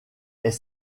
est